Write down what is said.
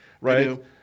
right